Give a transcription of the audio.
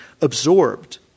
absorbed